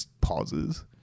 pauses